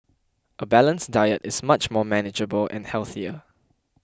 a balanced diet is much more manageable and healthier